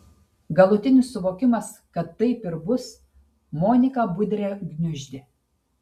galutinis suvokimas kad taip ir bus moniką budrę gniuždė